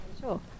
Sure